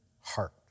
heart